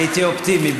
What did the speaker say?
הייתי אופטימי.